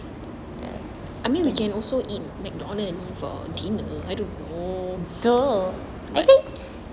I mean we can also eat McDonald for dinner I don't know